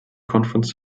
conference